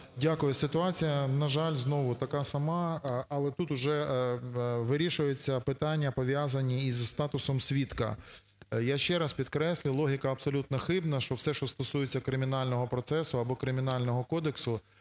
Дякую. Ситуація, на жаль, знову така сама, але тут вже вирішуються питання, пов'язані із статусом свідка. Я ще раз підкреслюю, логіка абсолютно хибна, що все, що стосується кримінального процесу або Кримінального кодексу,